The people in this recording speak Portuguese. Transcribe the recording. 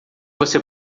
você